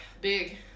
big